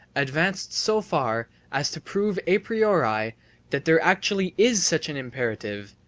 advanced so far as to prove a priori that there actually is such an imperative,